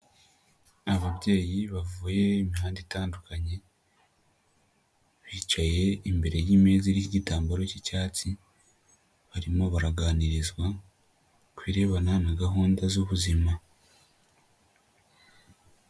Ababyeyi bavuye imihanda itandukanye, bicaye imbere y'imeza iriho igitambaro k'icyatsi barimo baraganirizwa kubirebana na gahunda z'ubuzima.